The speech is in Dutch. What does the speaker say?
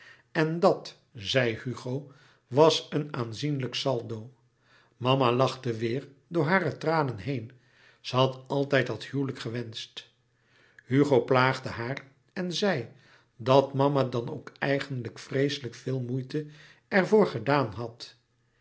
en dat zei hugo was een aanzienlijk saldo mama lachte weêr door hare tranen heen ze had altijd dat huwelijk gewenscht hugo plaagde haar en zei dat mama dan ook eigenlijk vreeselijk veel moeite er voor gedaan had